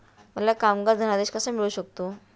मला कामगार धनादेश कसा मिळू शकतो?